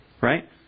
Right